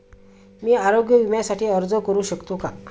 मी आरोग्य विम्यासाठी अर्ज करू शकतो का?